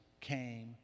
came